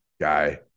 guy